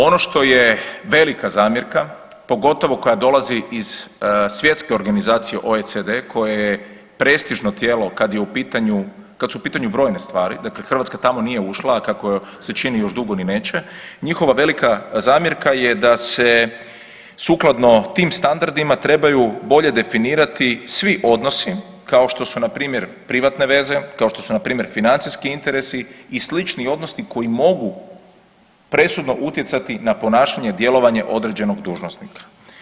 Ono što je velika zamjerka, pogotovo koja dolazi iz svjetske organizacije OECD koja je prestižno tijelo kad je u pitanju, kad su u pitanju brojne stvari, dakle Hrvatska tamo nije ušla, a kako se čini još dugo ni neće, njihova velika zamjerka je da se sukladno tim standardima trebaju bolje definirati svi odnosi kao što su npr. privatne veze, kao što su npr. financijski interesi i slični odnosi koji mogu presudno utjecati na ponašanje i djelovanje određenog dužnosnika.